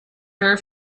her